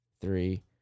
three